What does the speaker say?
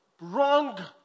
wrong